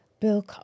Bill